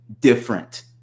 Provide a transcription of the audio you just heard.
different –